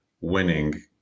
winning